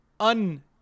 un